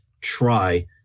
try